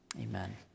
Amen